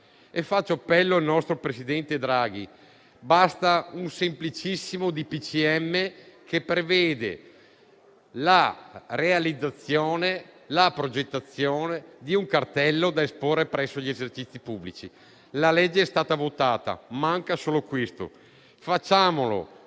donne; al nostro presidente Draghi: basta un semplicissimo DPCM che preveda la progettazione e la realizzazione di un cartello da esporre presso gli esercizi pubblici. La legge è stata votata, manca solo questo: facciamolo